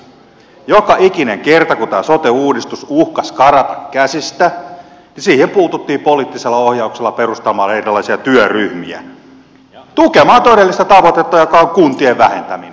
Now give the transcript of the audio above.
joka ikinen kerta kun tämä sote uudistus uhkasi karata käsistä niin siihen puututtiin poliittisella ohjauksella perustamalla erilaisia työryhmiä tukemaan todellista tavoitetta joka on kuntien vähentäminen